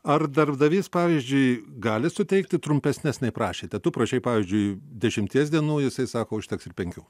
ar darbdavys pavyzdžiui gali suteikti trumpesnes nei prašėte tu prašei pavyzdžiui dešimties dienų jisai sako užteks ir penkių